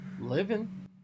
living